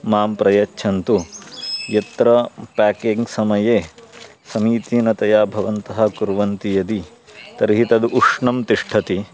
मां प्रयच्छन्तु यत्र पेकिङ्ग् समये समीचीनतया भवन्तः कुर्वन्ति यदि तर्हि तद् उष्णं तिष्ठति